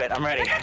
but i'm ready.